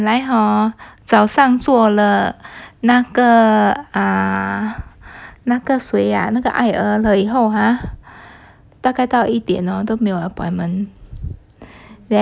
本来 hor 早上做了那个 err 那个谁啊那个艾尔了以后 ha 大概到一点哦都没有 appointment